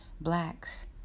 blacks